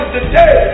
today